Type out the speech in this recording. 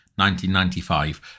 1995